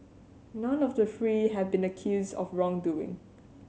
none of the three have been accused of wrongdoing